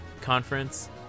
conference